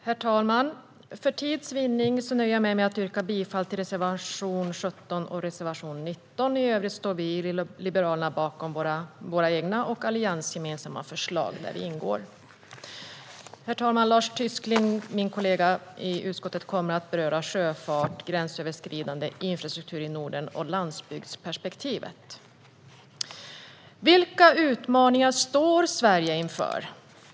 Herr talman! För tids vinnande nöjer jag mig med att yrka bifall till reservationerna 17 och 19. I övrigt står vi liberaler bakom våra egna förslag och de alliansgemensamma förslag där vi ingår. Herr talman! Min utskottskollega Lars Tysklind kommer att beröra sjöfart, gränsöverskridande infrastruktur i Norden och landsbygdsperspektivet. Vilka utmaningar står Sverige inför?